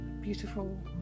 beautiful